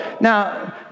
Now